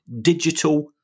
digital